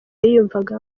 yiyumvagamo